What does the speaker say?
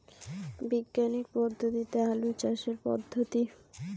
বিজ্ঞানিক পদ্ধতিতে আলু চাষের পদ্ধতি?